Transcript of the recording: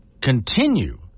continue